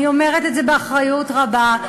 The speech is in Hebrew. אני אומרת את זה באחריות רבה,